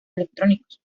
electrónicos